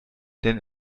denn